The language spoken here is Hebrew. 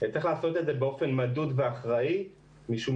צריך לעשות את זה באופן מדוד ואחראי משום